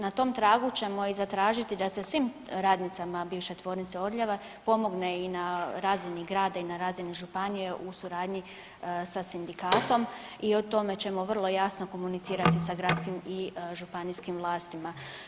Na tom tragu ćemo i zatražiti da se svim radnicama bivše Tvornice Orljava pomogne i na razini grada i na razini županije u suradnji sa sindikatom i o tome ćemo vrlo jasno komunicirati sa gradskim i županijskim vlastima.